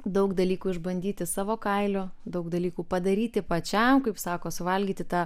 daug dalykų išbandyti savo kailiu daug dalykų padaryti pačiam kaip sako suvalgyti tą